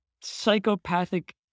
psychopathic